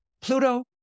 Pluto